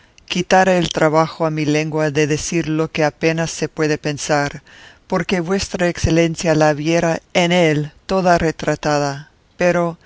quitara el trabajo a mi lengua de decir lo que apenas se puede pensar porque vuestra excelencia la viera en él toda retratada pero